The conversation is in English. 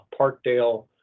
Parkdale